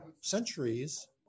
centuries